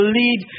lead